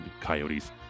Coyotes